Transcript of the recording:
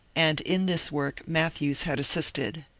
and in this work matthews had assisted.